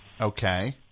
Okay